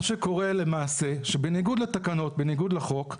מה שקורה למעשה, שבניגוד לתקנות, בניגוד לחוק,